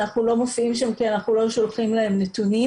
אנחנו לא מופיעים שם כי אנחנו לא שולחים להם נתונים.